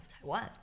Taiwan